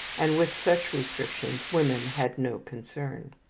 and with such restrictions women had no concern.